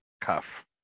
cuff